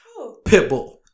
Pitbull